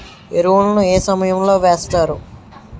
ఎరువుల ను ఏ సమయం లో వేస్తారు?